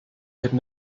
had